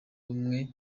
ubumwe